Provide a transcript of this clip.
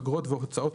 אגרות והוצאות,